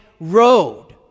road